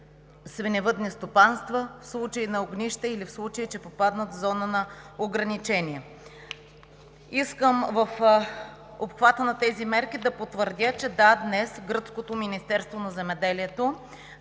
свиневъдни стопанства в случай на огнище или в случай, че попаднат в зона на ограничение. В обхвата на тези мерки искам да потвърдя, че, да, днес гръцкото Министерство на земеделието